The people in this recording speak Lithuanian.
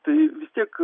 tai vis tiek